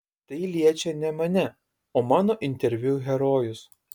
tai liečia ne mane o mano interviu herojus